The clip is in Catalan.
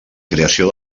creació